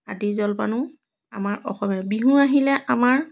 আদি জলপানো আমাৰ অসমীয়া বিহু আহিলে আমাৰ